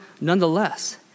nonetheless